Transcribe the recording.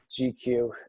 GQ